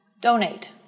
donate